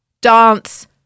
dance